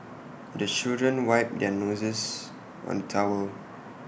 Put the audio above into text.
the children wipe their noses on the towel